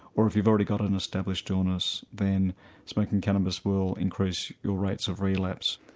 or if you've already got an established illness then smoking cannabis will increase your rates of relapse.